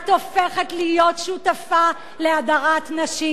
את הופכת להיות שותפה להדרת נשים.